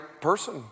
person